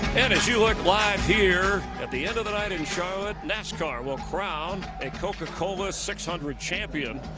and as you look live here at the end of the night in charlotte, nascar will crown a coca-cola six hundred champion.